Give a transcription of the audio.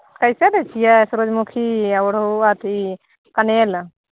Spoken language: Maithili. कैसे दै छियै सुरुजमुखी आ ओरहुल आ अथी कनैल